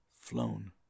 flown